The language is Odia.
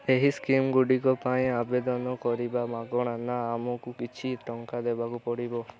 ଏହି ସ୍କିମ୍ଗୁଡ଼ିକ ପାଇଁ ଆବେଦନ କରିବା ମାଗଣା ନା ଆମକୁ କିଛି ଟଙ୍କା ଦେବାକୁ ପଡ଼ିବ